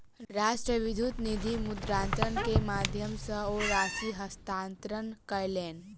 राष्ट्रीय विद्युत निधि मुद्रान्तरण के माध्यम सॅ ओ राशि हस्तांतरण कयलैन